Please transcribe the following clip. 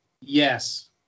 Yes